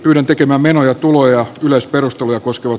ylen tekemä menoja tuloja yleisperusteluja koskevat